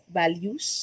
values